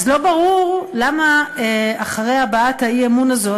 אז לא ברור למה אחרי הבעת האי-אמון הזאת